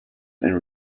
and